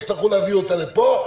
הצטרכו להביא אותה לפה,